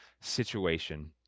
situation